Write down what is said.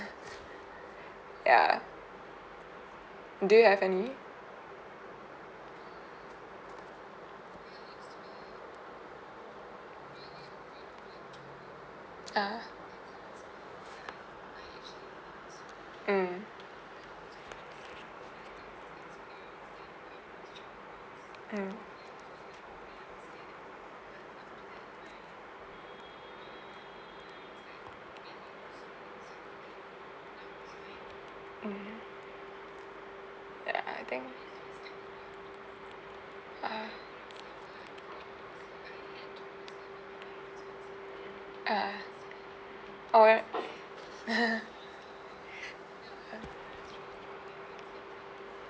ya do you have any uh mm mm mmhmm ya I think uh uh oh eh uh